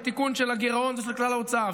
התיקון של הגירעון ושל כלל ההוצאה,